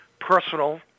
personal